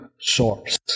source